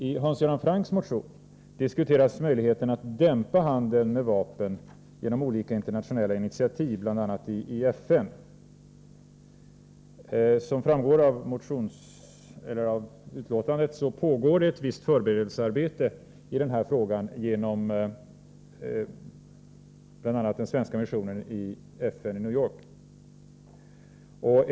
I Hans Göran Francks motion diskuteras möjligheten att dämpa handeln med vapen genom olika internationella initiativ, bl.a. i FN. Såsom framgår av betänkandet pågår ett visst förberedelsearbete i denna fråga genom bl.a. den svenska missionen i FN i New York.